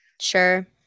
Sure